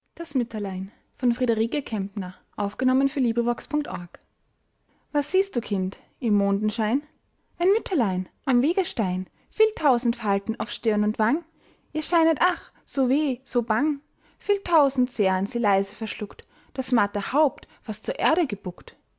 was siehst du kind im mondenschein ein mütterlein am wegestein viel tausend falten auf stirn und wang ihr scheinet ach so weh so bang viel tausend zähren sie leise verschluckt das matte haupt fast zur erde gebuckt